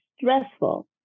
stressful